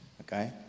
Okay